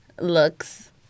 Looks